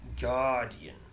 guardian